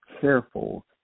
careful